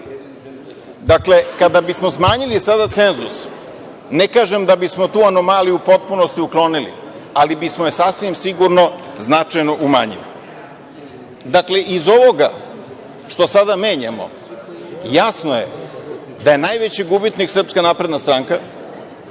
vlast. Dakle, kada bismo smanjili sada cenzus ne kažem da bismo tu anomaliju u potpunosti uklonili, ali bismo je sasvim sigurno značajno umanjili. Dakle, iz ovoga što sada menjamo jasno je da je najveći gubitnik SNS, a da je najveći